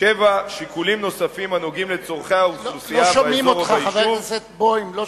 לא שומעים אותך, חבר הכנסת בוים.